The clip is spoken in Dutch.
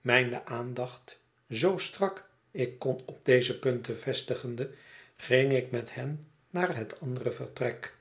mijne aandacht zoo strak ik kon op deze punten vestigende ging ik met hen naar het andere vertrek